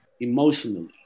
emotionally